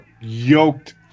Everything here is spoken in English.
yoked